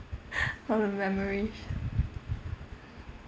probably malaysia